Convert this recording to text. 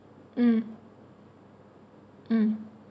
mm mm